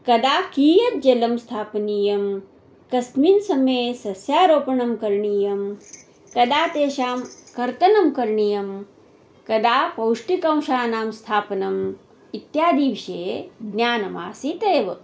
कदा कीयज्जलं स्थापनीयं कस्मिन् समये सस्यारोपणं करणीयं कदा तेषां कर्तनं करणीयं कदा पौष्टिकंशानां स्थापनम् इत्यादिविषये ज्ञानमासीत् एव